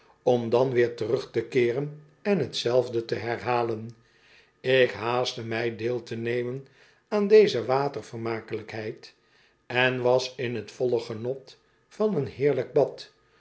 om dan weer terug te keeren en tzelfde te herhalen ik haastte mij deel te nemen aan deze watervermakelijkheid en was in t volle genot van een heerlijk bad